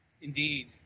Indeed